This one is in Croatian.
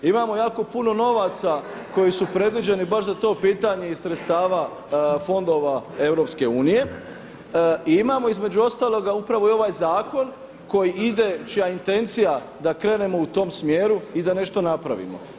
Imamo i jako puno novaca koji su predviđeni baš za to pitanje iz sredstava fondova EU i imamo između ostalog upravo i ovaj zakon koji ide, čija intencija da krenemo u tom smjeru i da nešto napravimo.